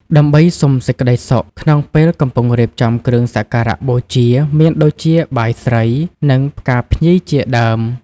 ដើម្បីសុំសេចក្តីសុខក្នុងពេលកំពុងរៀបចំគ្រឿងសក្ការៈបូជា មានដូចជាបាយស្រី និងផ្កាភ្ញីជាដើម។